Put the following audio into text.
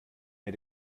mir